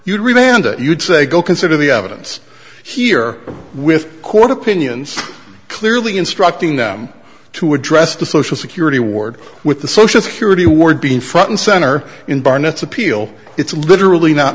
it you'd say go consider the evidence here with court opinions clearly instructing them to address the social security ward with the social security award being front and center in barnett's appeal it's literally not